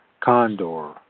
condor